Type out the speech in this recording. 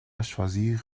choisir